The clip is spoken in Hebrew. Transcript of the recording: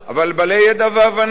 אבל בעלי ידע והבנה,